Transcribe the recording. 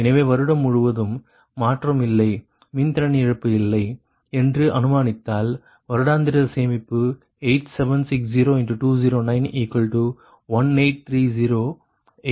எனவே வருடம் முழுவதும் மாற்றம் இல்லை மின் திறன் இழப்பு இல்லை என்று அனுமானித்தால் வருடாந்திர சேமிப்பு 8760×2091830840 Rs ஆக இருக்கும்